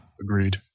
Agreed